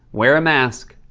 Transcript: wear a mask.